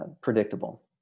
predictable